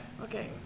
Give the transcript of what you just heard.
Okay